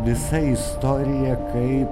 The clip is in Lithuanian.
visa istorija kaip